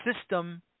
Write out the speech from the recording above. system